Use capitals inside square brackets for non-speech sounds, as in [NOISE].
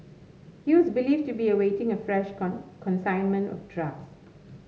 he was believed to be awaiting a fresh [UNINTELLIGIBLE] consignment of drugs